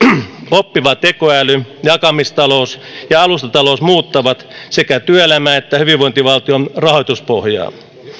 oppiva tekoäly jakamistalous ja alustatalous muuttavat sekä työelämää että hyvinvointivaltion rahoituspohjaa